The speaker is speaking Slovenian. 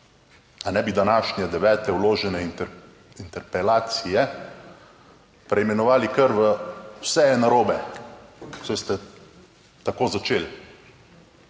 A ne bi današnje devete vložene interpelacije preimenovali kar v vse je narobe, saj ste tako začeli.